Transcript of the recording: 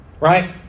Right